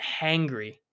hangry